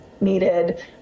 needed